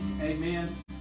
Amen